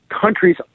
countries